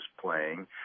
playing